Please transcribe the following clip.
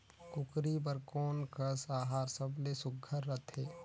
कूकरी बर कोन कस आहार सबले सुघ्घर रथे?